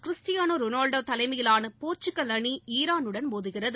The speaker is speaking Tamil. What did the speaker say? கிறிஸ்டியானோரொனால்டோதலைமையிலானபோர்ச்சுகல் அணி ஈரானுடன் மோதுகிறது